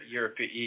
European